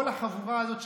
כל החבורה הזאת,